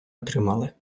отримали